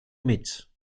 mit